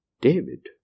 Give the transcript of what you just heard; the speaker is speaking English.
David